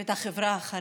ואת החברה החרדית,